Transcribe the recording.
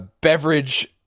Beverage